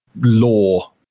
law